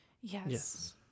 Yes